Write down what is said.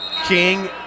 King